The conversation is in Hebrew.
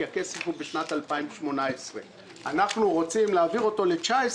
כי הכסף הוא בשנת 2018. אנחנו רוצים להעביר אותו ל-2019,